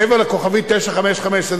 מעבר ל-955*,